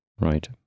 Right